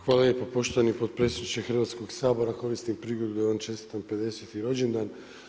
Hvala lijepa poštovani potpredsjedniče Hrvatskog sabora, koristim prigodu da vam čestitam 50 rođendan.